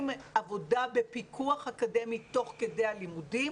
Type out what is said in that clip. עבודה בפיקוח אקדמי תוך כדי הלימודים.